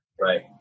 Right